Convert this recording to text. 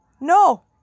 No